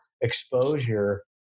exposure